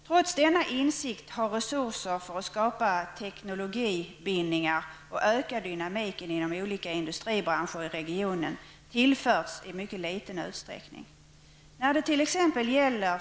Trots denna insikt har resurser för att skapa teknologibindningar och öka dynamiken inom olika industribranscher i regionen tillförts i mycket liten utsträckning.